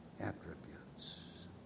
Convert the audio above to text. attributes